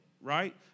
right